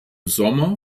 sommer